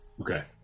Okay